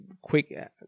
quick